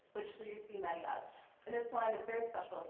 which there used to be many of. and this one is very special